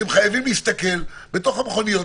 שהם חייבים להסתכל בתוך המכוניות,